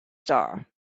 star